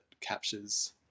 captures